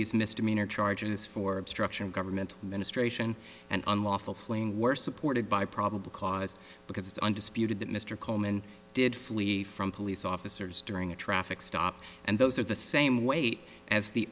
these misdemeanor charges for obstruction government ministration and unlawful flaying were supported by probable cause because it's undisputed that mr coleman did flee from police officers during a traffic stop and those are the same weight as the